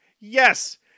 yes